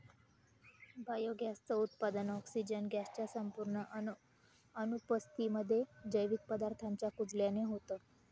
biogas च उत्पादन, oxygen gas च्या संपूर्ण अनुपस्थितीमध्ये, जैविक पदार्थांच्या कुजल्याने होतं